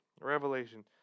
Revelation